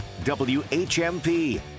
WHMP